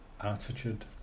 attitude